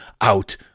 out